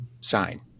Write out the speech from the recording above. sign